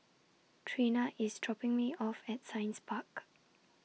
Treena IS dropping Me off At Science Park